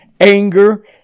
anger